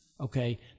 Okay